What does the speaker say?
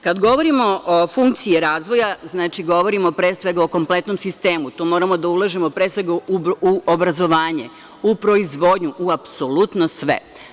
Kada govorimo o funkciji razvoja, govorimo pre svega o kompletnom sistemu i to moramo da ulažemo u obrazovanje, u proizvodnju, u apsolutno sve.